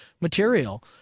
material